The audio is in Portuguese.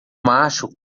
macho